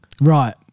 Right